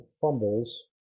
fumbles